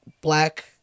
black